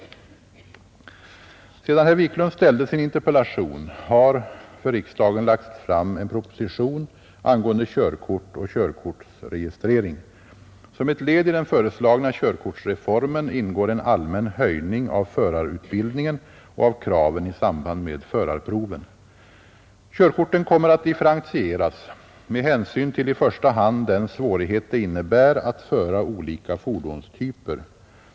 Sedan herr Wiklund ställde sin interpellation har för riksdagen lagts fram en proposition angående körkort och körkortsregistrering. Som ett 37 led i den föreslagna körkortsreformen ingår en allmän höjning av förarutbildningen och av kraven i samband med förarproven. Körkorten kommer att differentieras med hänsyn till i första hand den svårighet det innebär att föra olika fordonstyper.